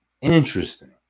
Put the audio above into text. interesting